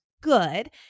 good